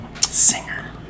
Singer